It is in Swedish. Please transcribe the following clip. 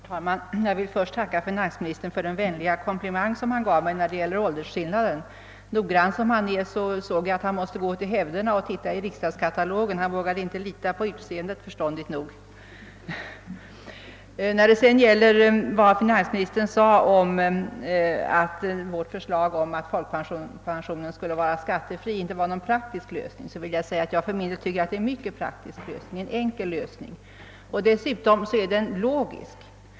Herr talman! Först vill jag tacka finansministern för hans vänliga komplimang beträffande åldersskillnaden. Jag såg att herr Sträng, noggrann som han är, först gick till riksdagskatalogen och studerade den. Han vågade förstås inte lita på utseendet — förståndigt nog. Finansministern sade att vårt förslag att folkpensionen skulle vara skattefri inte var någon praktisk lösning, men jag för min del tycker att lösningen är både enkel och praktisk — och dessutom är den logisk.